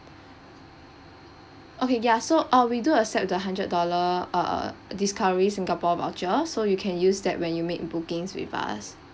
okay ya so uh we do accept the hundred dollar uh uh discovery singapore voucher so you can use that when you make bookings with us